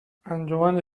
انجمن